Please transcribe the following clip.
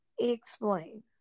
explain